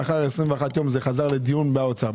לאחר ה-21 יום זה חזר לדיון באוצר.